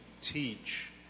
teach